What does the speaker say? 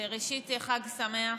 וראשית חג שמח.